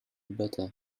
better